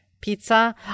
pizza